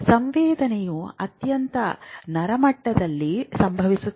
ಸಂವೇದನೆಯು ಅತ್ಯಂತ ನರ ಮಟ್ಟದಲ್ಲಿ ಸಂಭವಿಸುತ್ತದೆ